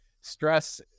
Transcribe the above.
stress